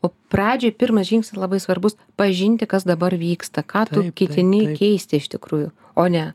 o pradžioj pirmas žingsnis labai svarbus pažinti kas dabar vyksta ką tu ketini keisti iš tikrųjų o ne